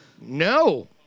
No